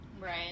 Right